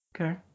Okay